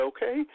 Okay